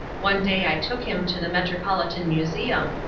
one day i took him to the metropolitan museum,